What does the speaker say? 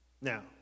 Now